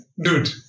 Dude